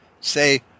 say